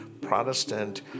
Protestant